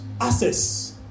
access